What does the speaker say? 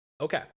Okay